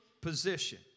position